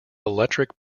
electric